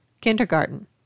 kindergarten